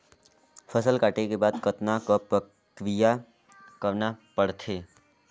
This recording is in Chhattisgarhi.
फसल काटे के बाद कतना क प्रक्रिया करना पड़थे?